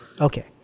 okay